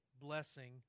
blessing